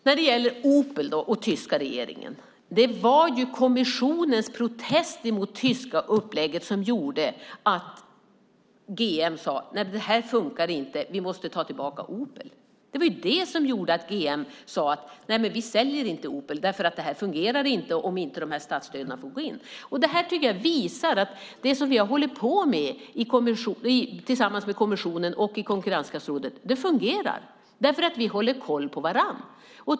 När det gäller Opel och den tyska regeringen var det kommissionens protest mot det tyska upplägget som gjorde att GM sade att det inte funkar och att man måste ta tillbaka Opel. Det var den som gjorde att GM sade: Nej, vi säljer inte Opel; det här fungerar inte om inte statsstöden kommer in. Detta tycker jag visar att det som vi har hållit på med tillsammans med kommissionen och i konkurrenskraftsrådet fungerar. Vi håller koll på varandra.